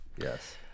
Yes